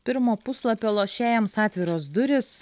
pirmo puslapio lošėjams atviros durys